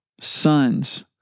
sons